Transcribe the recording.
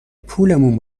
پولمون